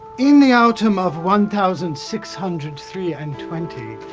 in the autumn of one thousand six hundred three and twenty,